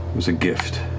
was a gift